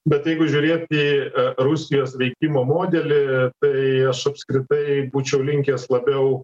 bet jeigu žiūrėt į rusijos veikimo modelį tai aš apskritai būčiau linkęs labiau